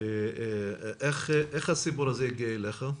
איך הסיפור הזה הגיע אליך?